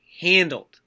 handled